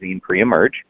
pre-emerge